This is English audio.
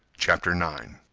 chapter nine